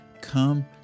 come